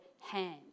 hand